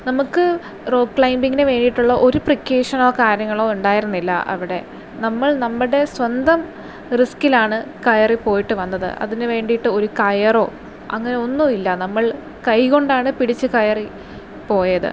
നമുക്ക് റോ ക്ലൈമ്പിങ്ങിനു വേണ്ടിയിട്ടുള്ള ഒരു പ്രിക്വേഷനോ കാര്യങ്ങളോ ഉണ്ടായിരുന്നില്ല അവിടെ നമ്മൾ നമ്മുടെ സ്വന്തം റിസ്കിലാണ് കയറി പോയിട്ട് വന്നത് അതിനു വേണ്ടിയിട്ട് ഒരു കയറോ അങ്ങനെ ഒന്നുമില്ല നമ്മൾ കൈ കൊണ്ടാണ് പിടിച്ചു കയറി പോയത്